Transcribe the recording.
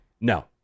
No